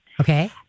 Okay